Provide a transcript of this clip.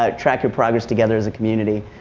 um track your progress together as a community.